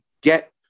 get